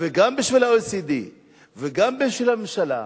וגם בשביל ה-OECD וגם בשביל הממשלה,